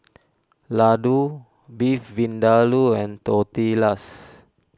Ladoo Beef Vindaloo and Tortillas